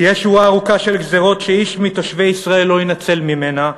"תהיה שורה ארוכה של גזירות שאיש מתושבי ישראל לא יינצל ממנה,